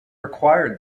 required